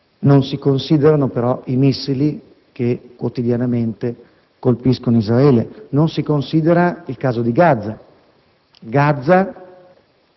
non si considerano però i missili che, quotidianamente. colpiscono Israele; non si considera il caso di Gaza.